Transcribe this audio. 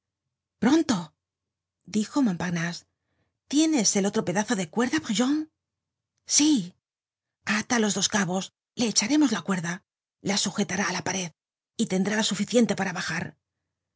pronto dijo montparnase tienes el otro pedazo de cuerda brujon sí ata los dos cabos le echaremos la cuerda la sujetará á la pared y tendrá la suficiente para bajar